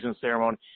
ceremony